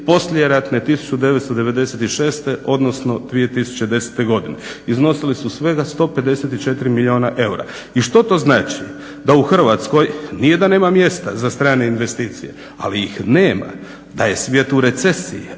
poslijeratne 1996., odnosno 2010. godine. Iznosili su svega 154 milijuna eura. I što to znači, da u Hrvatskoj nije da nema mjesta za strane investicije, ali ih nema, da je svijet u recesiji.